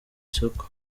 soko